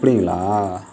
அப்படிங்குளா